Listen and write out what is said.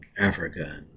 Africa